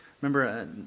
Remember